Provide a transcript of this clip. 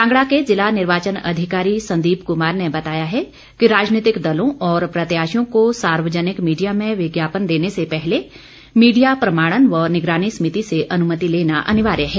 कांगड़ा के जिला निर्वाचन अधिकारी संदीप कुमार ने बताया है कि राजनीतिक दलों और प्रत्याशियों को सार्वजनिक मीडिया में विज्ञापन देने से पहले मीडिया प्रमाणन व निगरानी समिति से अनुमति लेना अनिवार्य है